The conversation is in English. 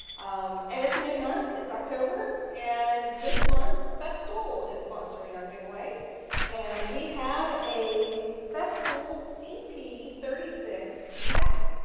um and it's a new month, it's october, and this month festool is sponsoring our giveaway and we have a festool c t three six vac.